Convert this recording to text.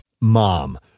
Mom